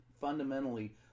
fundamentally